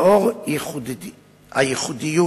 לאור הייחודיות